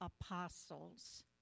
apostles